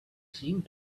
seemed